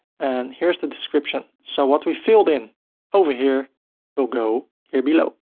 and here's the description. so what we filled in over here will go here below.